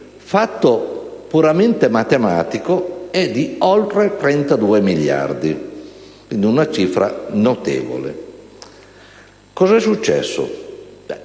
fatto puramente matematico, è di oltre 32 miliardi; si tratta, quindi, di una cifra notevole. Cosa è successo?